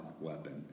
weapon